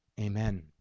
Amen